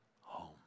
home